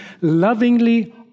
lovingly